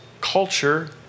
culture